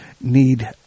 need